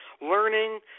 learning